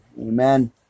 Amen